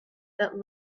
that